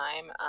time